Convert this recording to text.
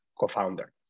co-founder